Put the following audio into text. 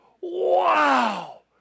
Wow